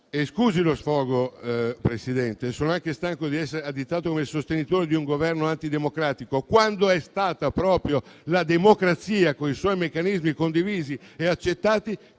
Scusi lo sfogo, Presidente, ma sono anche stanco di essere additato come sostenitore di un Governo antidemocratico, quando è stata proprio la democrazia, con i suoi meccanismi condivisi e accettati,